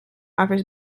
offers